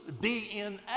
DNA